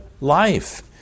life